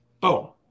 Boom